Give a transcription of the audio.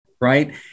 right